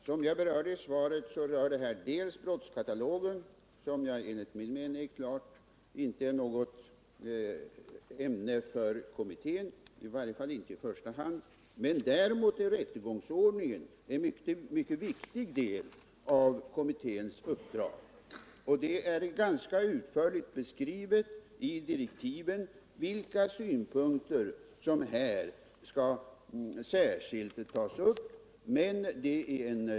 Herr talman! Som jag nämnde i svaret berör Olle Svenssons fråga dels reglerna för yttrandefrihetsbrotten enligt brottskatalogen, dels rättegångsordningen. Den del som berör brottskatalogen är enligt min mening inte något ämne för kommittén att behandla, i varje fall inte i första hand. Däremot är kommitténs överväganden i fråga om rättegångsordningen en mycket viktig del av kommitténs uppdrag, och vilka synpunkter som i det avseendet skall tas upp är ganska utförligt beskrivet i direktiven.